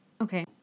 Okay